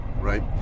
right